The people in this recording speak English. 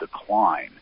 decline